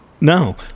No